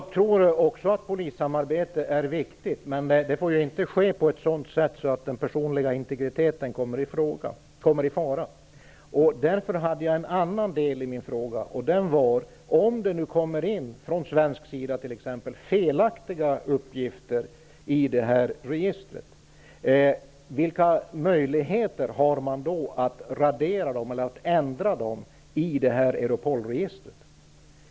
Herr talman! Jag tror också att polissamarbete är viktigt, men det får inte ske på ett sådant sätt att den personliga integriteten kommer i fara. Därför hade jag en annan del i min fråga. Den var: Om det nu kommer in felaktiga uppgifter från t.ex. svensk sida i det här registret, vilka möjligheter har man då att radera dem eller att ändra dem i Europolregistret?